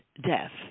death